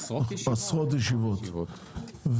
עשרות ישיבות,